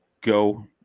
go